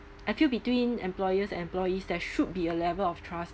I feel between employers and employees there should be a level of trust